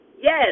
Yes